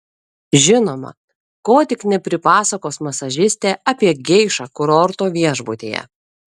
žinoma ko tik nepripasakos masažistė apie geišą kurorto viešbutyje